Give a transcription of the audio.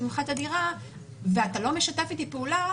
ממך את הדירה ואתה לא משתף איתי פעולה,